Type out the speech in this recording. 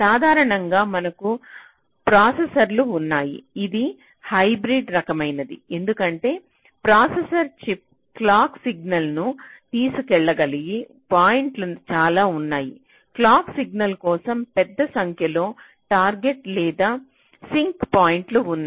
సాధారణంగా మనకు ప్రాసెసర్లు ఉన్నాయి ఇది హైబ్రిడ్ రకమైనది ఎందుకంటే ప్రాసెసర్ చిప్లో క్లాక్ సిగ్నల్లను తీసుకెళ్లిగలిగి పాయింట్లు చాలా ఉన్నాయి క్లాక్ సిగ్నల్స్ కోసం పెద్ద సంఖ్యలో టార్గెట్ లేదా సింక్ పాయింట్లు ఉన్నాయి